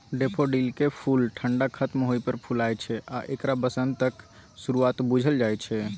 डेफोडिलकेँ फुल ठंढा खत्म होइ पर फुलाय छै आ एकरा बसंतक शुरुआत बुझल जाइ छै